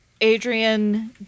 Adrian